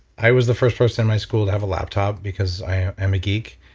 i was the first person in my school to have a laptop because i am a geek.